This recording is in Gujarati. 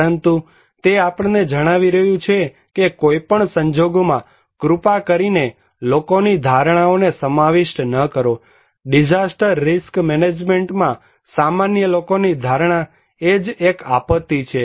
પરંતુ તે આપણને જણાવી રહ્યું છે કે કોઈપણ સંજોગોમાં કૃપા કરીને લોકોની ધારણાઓને સમાવિષ્ટ ન કરો ડિઝાસ્ટર રિસ્ક મેનેજમેન્ટમાં સામાન્ય લોકોની ધારણા એ જ એક આપત્તિ છે